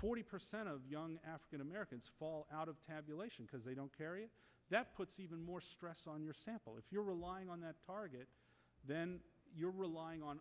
forty percent of young african americans fall out of tabulation because they don't care that puts even more stress on your sample if you're relying on that target then you're relying on